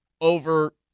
over